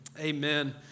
amen